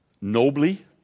nobly